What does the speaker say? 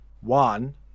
one